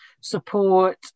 support